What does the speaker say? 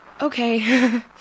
Okay